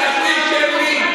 הדתית שלי.